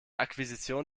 akquisition